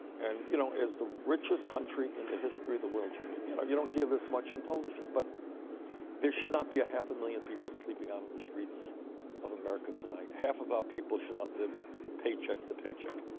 and, you know, as the richest country in the history of the world, jimmy, you know you don't hear this much on television, but there should not be a half a million people sleeping out on the streets of america tonight. half of our people should not live paycheck to paycheck.